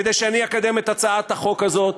כדי שאני אקדם את הצעת החוק הזאת,